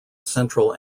central